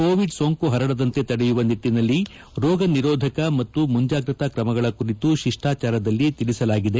Covid ಸೋಂಕು ಹರಡದಂತೆ ತಡೆಯುವ ನಿಟ್ಟಿನಲ್ಲಿ ರೋಗನಿರೋಧಕ ಮತ್ತು ಮುಂಜಾಗ್ರತಾ ಕ್ರಮಗಳ ಕುರಿತು ಶಿಷ್ಟಾಚಾರದಲ್ಲಿ ತಿಳಿಸಲಾಗಿದೆ